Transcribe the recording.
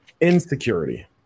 Insecurity